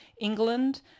England